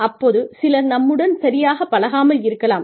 அப்போது சிலர் நம்முடன் சரியாகப் பழகாமல் இருக்கலாம்